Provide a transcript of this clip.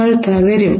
നിങ്ങൾ തകരും